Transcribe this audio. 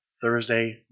Thursday